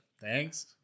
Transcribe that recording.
thanks